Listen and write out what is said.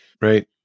right